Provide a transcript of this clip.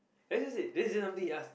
that just it this is something he ask